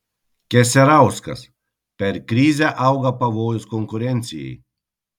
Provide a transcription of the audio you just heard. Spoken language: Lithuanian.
keserauskas per krizę auga pavojus konkurencijai